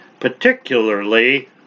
Particularly